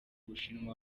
bushinwa